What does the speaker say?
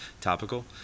topical